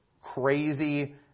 crazy